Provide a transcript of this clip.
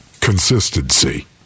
Consistency